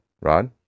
Rod